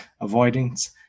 avoidance